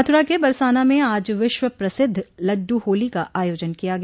मथुरा के बरसाना में आज विश्व प्रसिद्ध लड्डू होली का आयोजन किया गया